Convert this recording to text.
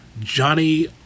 Johnny